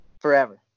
forever